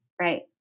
Right